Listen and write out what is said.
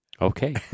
Okay